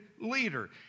leader